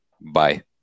Bye